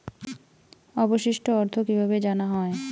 অবশিষ্ট অর্থ কিভাবে জানা হয়?